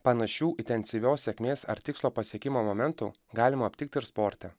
panašių intensyvios sėkmės ar tikslo pasiekimo momentų galima aptikti ir sporte